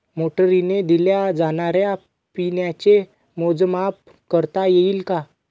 मोटरीने दिल्या जाणाऱ्या पाण्याचे मोजमाप करता येईल का?